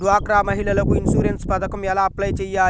డ్వాక్రా మహిళలకు ఇన్సూరెన్స్ పథకం ఎలా అప్లై చెయ్యాలి?